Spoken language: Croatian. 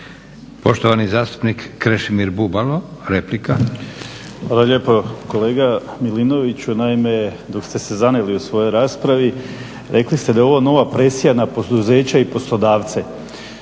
Poštovani zastupnik Krešimir Bubalo, replika. **Bubalo, Krešimir (HDSSB)** Hvala lijepa. Kolega Milinoviću, naime dok ste se zanijeli u svojoj raspravi rekli ste da je ovo nova presija na poduzeća i poslodavce.